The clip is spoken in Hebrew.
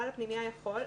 בעל הפנימייה יכול,